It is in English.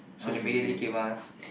so